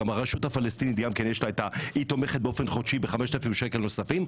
הרשות הפלסטינית גם תומכת באופן חודשי ב-5,000 שקל נוספים,